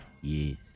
Yes